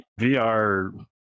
VR